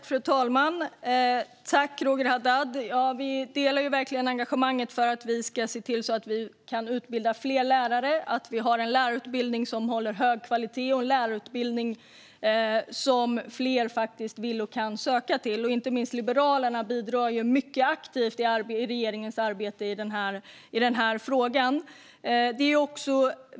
Fru talman! Tack, Roger Haddad! Vi delar verkligen engagemanget för att det ska kunna utbildas fler lärare och för att vi ska ha en lärarutbildning som håller hög kvalitet och som fler vill och kan söka. Särskilt Liberalerna bidrar mycket aktivt i regeringens arbete i den frågan.